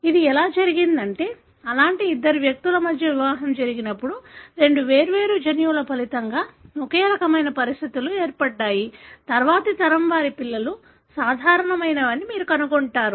ఇది ఎలా జరిగిందంటే అలాంటి ఇద్దరు వ్యక్తుల మధ్య వివాహం జరిగినప్పుడు రెండు వేర్వేరు జన్యువుల ఫలితంగా ఒకే విధమైన పరిస్థితులు ఏర్పడ్డాయి తరువాతి తరం వారి పిల్లలు సాధారణమైనవని మీరు కనుగొంటారు